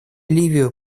ливию